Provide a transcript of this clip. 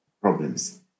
problems